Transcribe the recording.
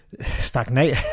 stagnate